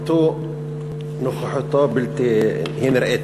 נוכחותו בלתי, היא נראית.